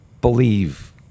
believe